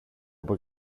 από